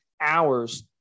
hours